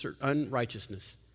unrighteousness